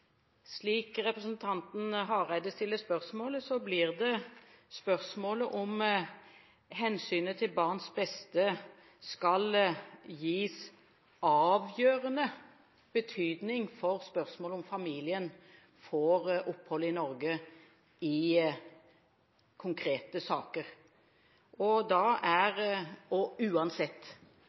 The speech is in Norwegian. Slik representanten Hareide stiller spørsmålet, blir det et spørsmål om hensynet til barns beste skal gis avgjørende betydning for om familien får opphold i Norge i konkrete saker – uansett. Da er